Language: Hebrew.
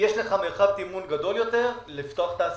יש לך מרחב תמרון גדול יותר לפתוח את העסקים.